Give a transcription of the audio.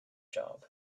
job